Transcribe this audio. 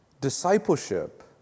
discipleship